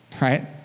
right